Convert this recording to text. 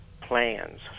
plans